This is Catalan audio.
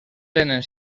tenen